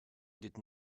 did